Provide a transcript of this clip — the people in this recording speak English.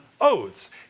oaths